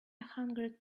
hundred